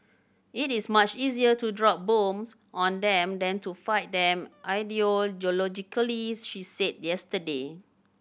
it is much easier to drop bombs on them than to fight them ideologically she said yesterday